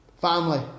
family